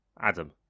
Adam